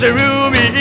ruby